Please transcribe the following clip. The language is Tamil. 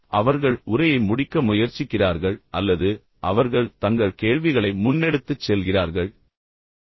அவர்கள் உரையை முடிக்க முயற்சிக்கிறார்கள் அல்லது அவர்கள் தங்கள் கேள்விகளை முன்னெடுத்துச் செல்கிறார்கள் அவர்கள் விரைவாக தலையிடுகிறார்கள்